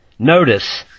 Notice